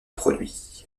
produits